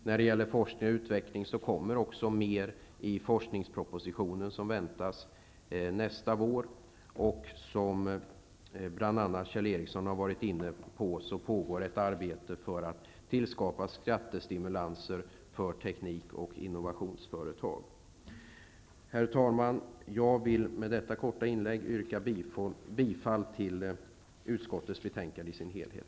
När det gäller forskning och utveckling kommer också fler förslag i den forskningsproposition som väntas nästa vår. Som bl.a. Kjell Ericsson har varit inne på pågår ett arbete för att skapa skattestimulanser för teknik och innovationsföretag. Herr talman! Jag vill med detta korta inlägg yrka bifall till utskottets hemställan i dess helhet.